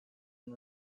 and